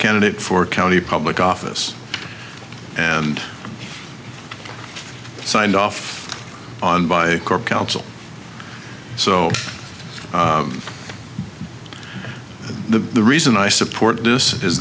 candidate for county public office and signed off on by corp council so the reason i support this is